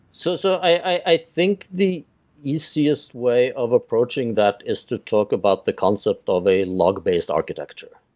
so so i think the easiest way of approaching that is to talk about the concept of a log based architecture.